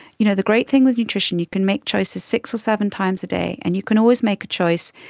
you know, the great thing with nutrition, you can make choices six or seven times a day, and you can always make a choice,